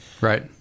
Right